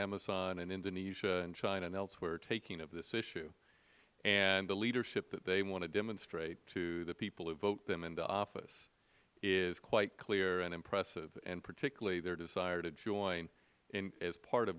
amazon and indonesia and china and elsewhere are taking of this issue and the leadership that they want to demonstrate to the people who vote them into office is quite clear and impressive and particularly their desire to join as part of